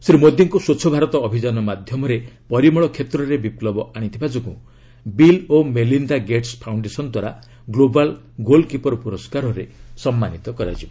ଶ୍ରୀ ମୋଦୀଙ୍କୁ ସ୍ୱଚ୍ଛ ଭାରତ ଅଭିଯାନ ମାଧ୍ୟମରେ ପରିମଳ କ୍ଷେତ୍ରରେ ବିପ୍ଳବ ଆଣିଥିବା ଯୋଗୁଁ ବିଲ୍ ଓ ମେଲିନ୍ଦା ଗେଟ୍ସ ଫାଉଶ୍ଡେସନ୍ ଦ୍ୱାରା ଗ୍ଲୋବାଲ୍ ଗୋଲ୍କିପର ପୁରସ୍କାରରେ ସମ୍ମାନିତ କରାଯିବ